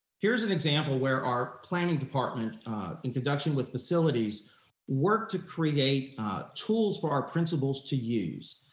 here's an example where our planning department in production with facilities work to create tools for our principals to use,